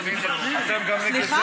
יאללה, יאללה, סליחה?